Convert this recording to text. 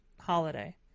holiday